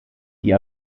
die